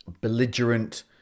belligerent